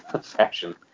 fashion